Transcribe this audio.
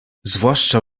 zwłaszcza